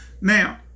Now